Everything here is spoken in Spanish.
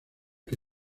que